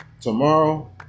tomorrow